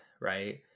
right